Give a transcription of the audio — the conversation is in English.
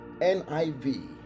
NIV